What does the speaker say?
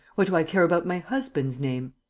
what do i care about my husband's name!